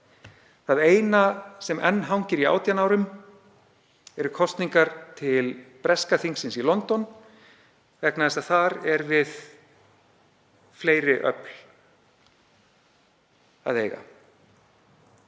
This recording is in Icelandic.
Það eina sem enn hangir í 18 árum eru kosningar til breska þingsins í London vegna þess að þar er við fleiri öfl að eiga.